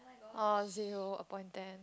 orh zero upon ten